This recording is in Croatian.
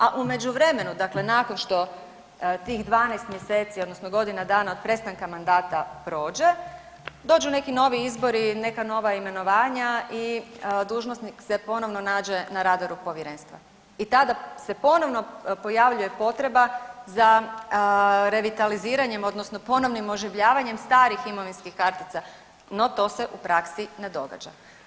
A u međuvremenu, dakle nakon što tih 12 mjeseci odnosno godina dana od prestanka mandata prođe dođu neki novi izbori i neka nova imenovanja i dužnosnik se ponovno nađe na radaru povjerenstva i tada se ponovno pojavljuje potreba za revitaliziranjem odnosno ponovnim oživljavanjem starih imovinskih kartica, no to se u praksi ne događa.